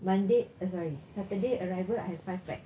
monday uh sorry saturday arrival I have five pax